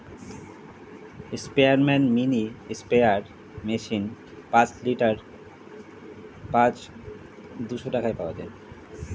স্পেয়ারম্যান mini sprayer machine পাঁচ litre দুইশো টাকায় পাওয়া যায়